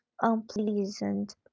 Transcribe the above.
unpleasant